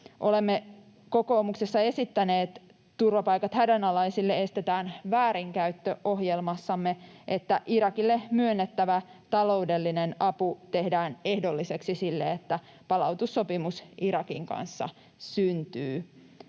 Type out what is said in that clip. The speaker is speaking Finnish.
Olemme kokoomuksessa esittäneet ”Turvapaikat hädänalaisille, estetään väärinkäyttö” ‑ohjelmassamme, että Irakille myönnettävä taloudellinen apu tehdään ehdolliseksi sille, että palautussopimus Irakin kanssa syntyy.